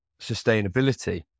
sustainability